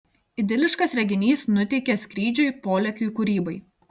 idiliškas reginys nuteikia skrydžiui polėkiui kūrybai